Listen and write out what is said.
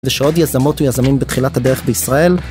כדי שעוד יזמות ויזמים בתחילת הדרך בישראל